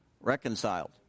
Reconciled